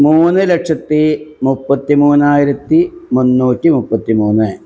മൂന്ന് ലക്ഷത്തി മുപ്പത്തിമുവ്വായിരത്തി മുന്നൂറ്റി മുപ്പത്തിമൂന്ന്